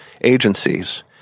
agencies